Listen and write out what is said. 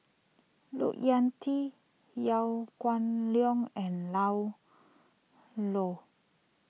Look Yan Kit Liew Geok Leong and Ian Loy